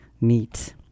meet